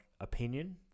opinion